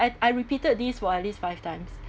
I I repeated this for at least five times